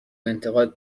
انتقاد